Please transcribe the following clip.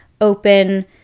open